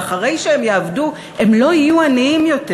ואחרי שהם יעבדו הם לא יהיו עניים יותר,